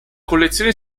collezione